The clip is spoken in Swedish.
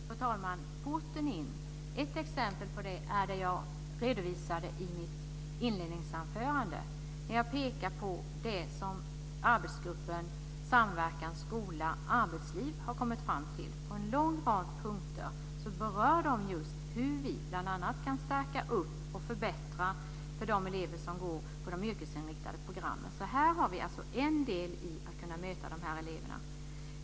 Fru talman! Ett exempel på denna port in är det jag redovisade i mitt inledningsanförande. Jag pekade på det som arbetsgruppen för skola och arbetsliv har kommit fram till. På en lång rad punkter berör de hur vi kan stärka och förbättra för de elever som går på de yrkesinriktade programmen. Här har vi en del i att kunna möta eleverna.